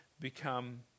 become